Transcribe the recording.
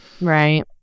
Right